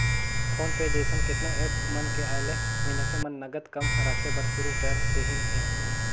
phone पे जइसन केतनो app मन के आयले मइनसे मन नगद कम रखे बर सुरू कर देहिन हे